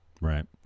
Right